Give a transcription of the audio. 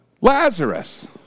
Lazarus